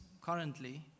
Currently